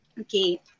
Okay